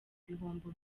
ibihombo